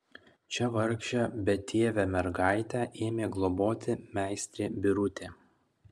čia vargšę betėvę mergaitę ėmė globoti meistrė birutė